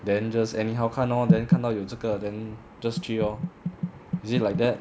then just anyhow 看 lor then 看到有这个 then just 去 lor is it like that